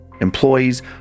employees